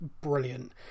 brilliant